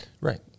right